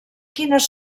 quines